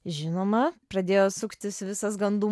žinoma pradėjo suktis visas gandų